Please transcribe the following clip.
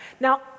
Now